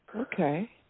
Okay